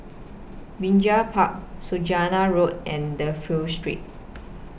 Binjai Park Saujana Road and Dafne Street